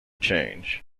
change